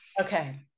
okay